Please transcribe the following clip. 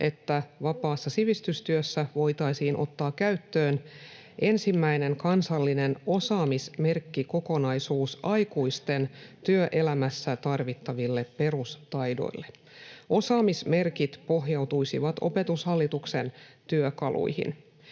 että vapaassa sivistystyössä voitaisiin ottaa käyttöön ensimmäinen kansallinen osaamismerkkikokonaisuus aikuisten työelämässä tarvittaville perustaidoille. Osaamismerkit pohjautuisivat Opetushallituksen työkaluihin.